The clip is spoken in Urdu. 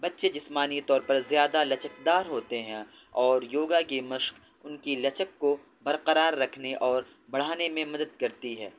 بچے جسمانی طور پر زیادہ لچکدار ہوتے ہیں اور یوگا کی مشق ان کی لچک کو برقرار رکھنے اور بڑھانے میں مدد کرتی ہے